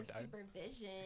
supervision